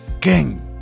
King